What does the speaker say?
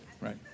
right